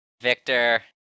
Victor